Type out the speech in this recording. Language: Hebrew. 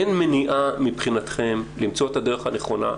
אין מניעה מבחינתכם למצוא את הדרך הנכונה,